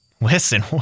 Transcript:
Listen